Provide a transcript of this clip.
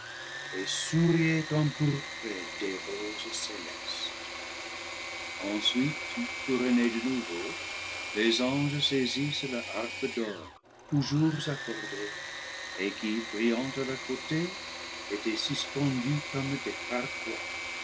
souriait empourpré des roses célestes ensuite couronnés de nouveau les anges saisissent leurs harpes d'or toujours accordées et qui brillantes à leur côté étaient suspendues comme des